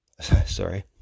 Sorry